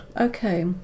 Okay